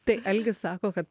tai algis sako kad